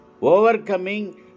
overcoming